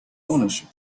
ownership